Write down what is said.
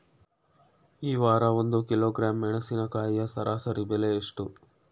ಈ ವಾರ ಒಂದು ಕಿಲೋಗ್ರಾಂ ಮೆಣಸಿನಕಾಯಿಯ ಸರಾಸರಿ ಬೆಲೆ ಎಷ್ಟು?